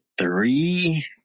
three